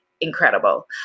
incredible